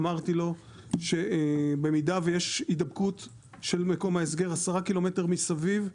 אמרתי לו שבמידה ויש הידבקות של מקום ההסגר 10 קילומטר מסביב,